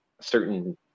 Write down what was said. certain